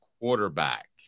quarterback